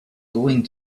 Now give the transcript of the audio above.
going